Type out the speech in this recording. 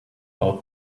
out